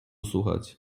słuchać